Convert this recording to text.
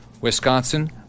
Wisconsin